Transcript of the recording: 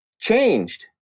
changed